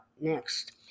next